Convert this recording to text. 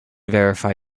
verify